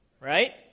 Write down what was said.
right